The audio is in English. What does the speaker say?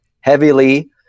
heavily